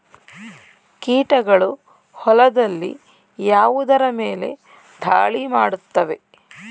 ಕೀಟಗಳು ಹೊಲದಲ್ಲಿ ಯಾವುದರ ಮೇಲೆ ಧಾಳಿ ಮಾಡುತ್ತವೆ?